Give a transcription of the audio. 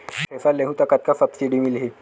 Thresher लेहूं त कतका सब्सिडी मिलही?